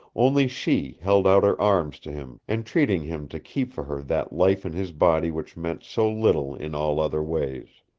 only she held out her arms to him, entreating him to keep for her that life in his body which meant so little in all other ways.